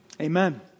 Amen